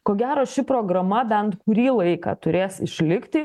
ko gero ši programa bent kurį laiką turės išlikti